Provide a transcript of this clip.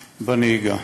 בנהיגה.